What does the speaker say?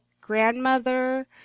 grandmother